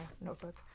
notebook